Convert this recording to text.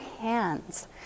hands